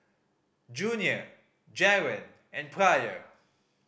Junior Jaron and Pryor